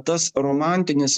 tas romantinis